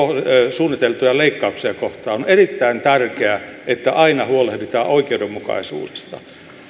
suunniteltuja leikkauksia kohtaan on erittäin tärkeää että aina huolehditaan oikeudenmukaisuudesta